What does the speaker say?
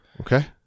Okay